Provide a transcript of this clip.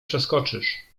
przeskoczysz